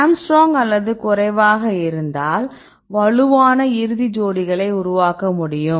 angstrom அல்லது குறைவாக இருந்தால் வலுவான இறுதி ஜோடிகளை உருவாக்க முடியும்